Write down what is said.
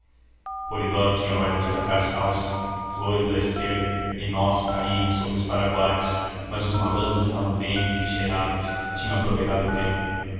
tinha ordem de atacar sauce flores à esquerda e nós caímos sobre os paraguaios mas os malandros estavam bem entrincheirados tinham aproveitado o tempo